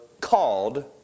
called